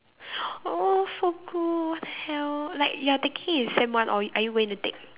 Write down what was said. oh so good what the hell like you're taking in sem one or are you going to take